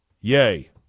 yay